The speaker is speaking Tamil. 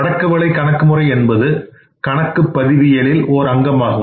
அடக்கவிலை கணக்கு முறை என்பது கணக்குப்பதிவியலில் ஒரு அங்கமாகும்